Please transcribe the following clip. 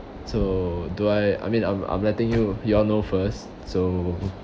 so do I I mean I'm I'm letting you you all know first so